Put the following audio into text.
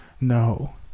no